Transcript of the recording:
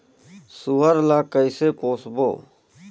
सुअर ला कइसे पोसबो?